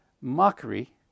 mockery